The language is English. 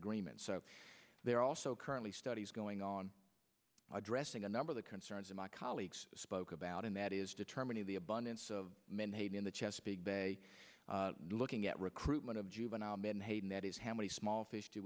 agreement so there are also currently studies going on addressing a number the concerns of my colleagues spoke about and that is determining the abundance of menhaden in the chesapeake bay looking at recruitment of juvenile men hating that is how many small fish do